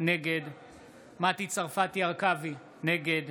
נגד מטי צרפתי הרכבי, נגד